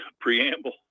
preamble